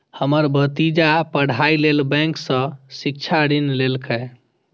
हमर भतीजा पढ़ाइ लेल बैंक सं शिक्षा ऋण लेलकैए